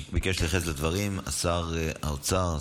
ביקש להתייחס לדברים שר האוצר,